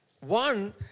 One